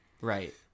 Right